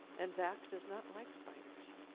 and zach does not like spiders.